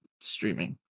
streaming